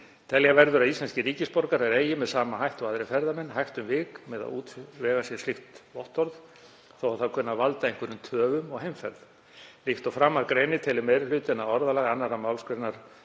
Telja verður að íslenskir ríkisborgarar eigi, með sama hætti og aðrir ferðamenn, hægt um vik með að útvega sér slíkt vottorð þótt það kunni að valda einhverjum töfum á heimferð. Líkt og framar greinir telur meiri hlutinn að orðalag 2. mgr.